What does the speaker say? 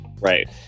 Right